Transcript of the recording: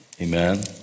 amen